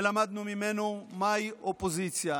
ולמדנו ממנו מהי אופוזיציה.